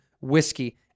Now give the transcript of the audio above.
whiskey